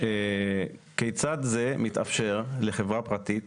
כיצד זה מתאפשר לחברה פרטית